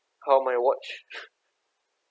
how my watch